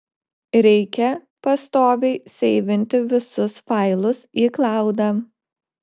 reikia pastoviai seivinti visus failus į klaudą